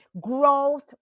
growth